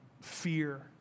fear